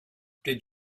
did